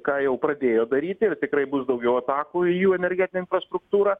ką jau pradėjo daryti ir tikrai bus daugiau atakų į jų energetinę infrastruktūrą